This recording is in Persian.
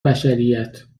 بشریت